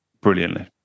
brilliantly